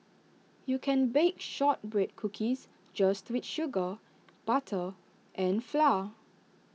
you can bake Shortbread Cookies just with sugar butter and flour